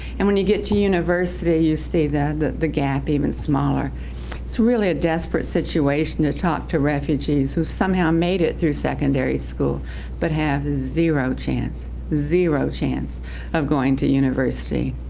and when you get to university you see that the the gap even smaller. it's really a desperate situation to talk to refugees who somehow made it through secondary school but have zero chance. zero chance of going to university.